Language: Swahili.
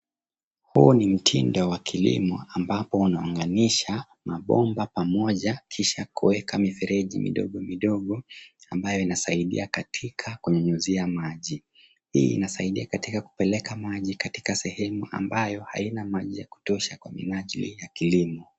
Huu ni mtindo wa kilimo ambapo wanaunganisha mabomba pamoja kisha kueka mifereji midogo midogo ambayo inasaidia katika kunyunyizia maji. Hii inasaidia katika kupeleka maji katika sehemu ambayo haina maji ya kutosha kwa minajili ya kilimo.